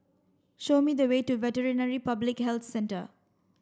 show me the way to Veterinary Public Health Centre